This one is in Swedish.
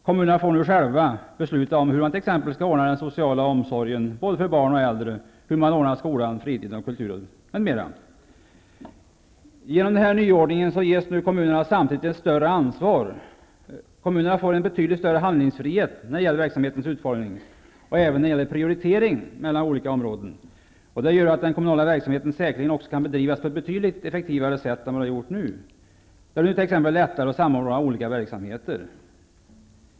Kommunerna får nu själva besluta om hur man t.ex. skall ordna den sociala omsorgen både för barn och för äldre, hur man skall ordna skola, fritid, kultur m.m. Genom denna nyordning får kommunerna samtidigt ett större ansvar. Kommunerna får en betydligt större handlingsfrihet när det gäller verksamhetens utformning och även när det gäller prioritering bland olika områden. Detta gör att även den kommunala verksamheten säkerligen kommer att bedrivas på ett betydligt effektivare sätt än hittills. Det blir nu t.ex. lättare att samordna olika verksamheter.